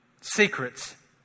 Secrets